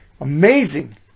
amazing